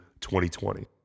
2020